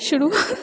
शुरू